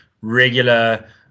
regular